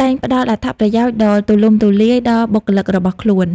តែងផ្ដល់អត្ថប្រយោជន៍ដ៏ទូលំទូលាយដល់បុគ្គលិករបស់ខ្លួន។